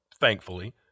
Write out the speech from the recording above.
thankfully